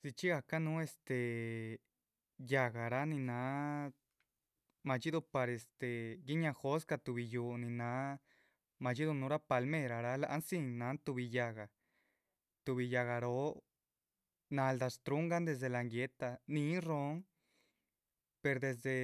Dzichxí gahca núhu este yáhgaraa nin náha madxídu par este guináha jóscah tuhbi yúhu nin náha madxíduhu núhura palmerarah láhan dzín náhan tuhbi yáhga tuhbi yáhga róho. naldáh shtruhungan desde lan guéhetah, níhin róhon per desde,